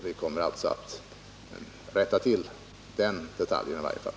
Vi kommer alltså att rätta till den detaljen i varje fall.